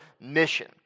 mission